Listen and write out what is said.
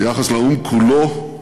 ביחס לאו"ם כולו,